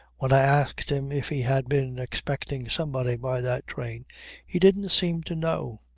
when i asked him if he had been expecting somebody by that train he didn't seem to know.